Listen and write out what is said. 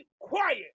quiet